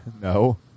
No